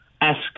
ask